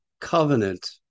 covenant